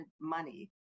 money